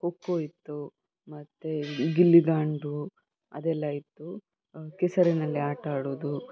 ಖೋ ಖೋ ಇತ್ತು ಮತ್ತು ಗಿಲ್ಲಿ ದಾಂಡು ಅದೆಲ್ಲ ಇತ್ತು ಕೆಸರಿನಲ್ಲಿ ಆಟ ಆಡೋದು